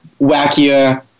wackier